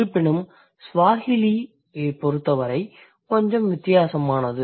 இருப்பினும் Swahiliஐப் பொறுத்தவரை கொஞ்சம் வித்தியாசமானது